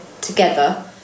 together